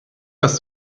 das